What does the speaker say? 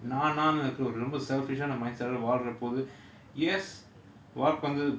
நான் நான்னு இருக்கறது ரொம்ப:naan naannu irukarathu romba selfish mind lah வாழ்ற போது:vaalra pothu